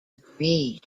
agree